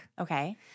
Okay